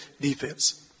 defense